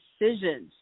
decisions